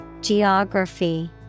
Geography